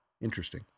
Interesting